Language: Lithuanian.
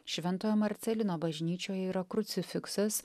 šventojo marcelino bažnyčioje yra krucifiksas